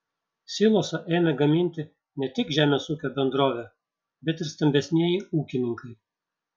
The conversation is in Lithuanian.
silosą ėmė gaminti ne tik žemės ūkio bendrovė bet ir stambesnieji ūkininkai